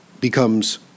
becomes